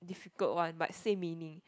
difficult one but same meaning